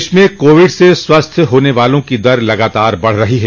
देश में कोविड से स्वस्थ होने वालों की दर लगातार बढ़ रही है